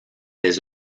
des